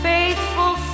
Faithful